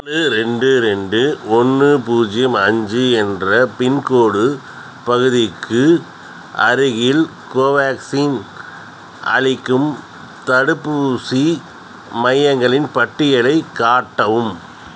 நாலு ரெண்டு ரெண்டு ஒன்று பூஜ்யம் அஞ்சு என்ற பின்கோடு பகுதிக்கு அருகில் கோவேக்சின் அளிக்கும் தடுப்பூசி மையங்களின் பட்டியலை காட்டவும்